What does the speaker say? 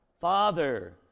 Father